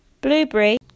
Blueberry